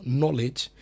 knowledge